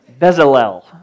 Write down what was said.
Bezalel